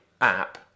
app